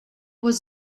was